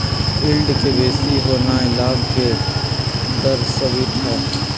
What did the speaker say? yield के बेशी होनाइ लाभ के दरश्बइत हइ